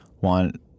want